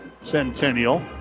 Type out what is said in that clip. Centennial